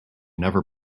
never